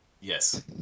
Yes